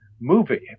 movie